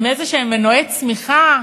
עם איזשהם מנועי צמיחה,